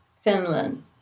Finland